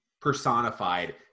personified